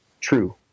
true